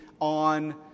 on